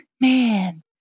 Man